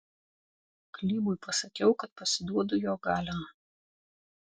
klybui pasakiau kad pasiduodu jo galion